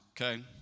okay